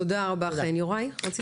תודה רבה חן, יוראי רצית לשאול משהו?